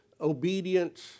obedience